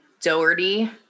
Doherty